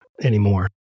anymore